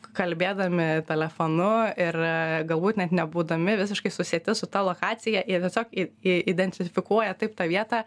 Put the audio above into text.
kalbėdami telefonu ir ee galbūt net nebūdami visiškai susieti su ta lokacija jie tiesiog jie identifikuoja taip tą vietą